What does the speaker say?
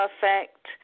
perfect